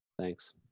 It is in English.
Thanks